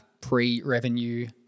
pre-revenue